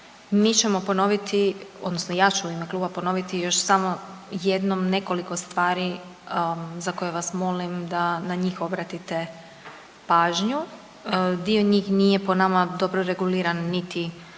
mi ćemo ponoviti odnosno ja ću u ime kluba ponoviti još samo jednom nekoliko stvari za koje vas molim da na njih obratite pažnju, dio njih nije po nama dobro reguliran niti